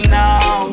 now